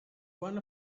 one